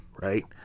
right